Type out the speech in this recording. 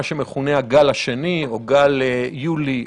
מה שמכונה הגל השני או הגל יולי-אוגוסט,